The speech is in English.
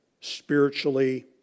spiritually